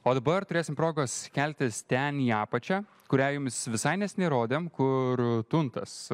o dabar turėsim progos keltis ten į apačią kurią jums visai neseniai rodėm kur tuntas